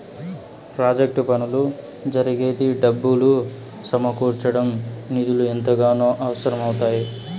project పనులు జరిగేకి డబ్బులు సమకూర్చడం నిధులు ఎంతగానో అవసరం అవుతాయి